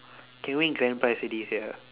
can win grand prize already sia